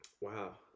Wow